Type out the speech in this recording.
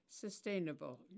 sustainable